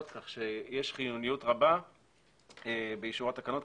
כך שיש חיוניות רבה באישור התקנות,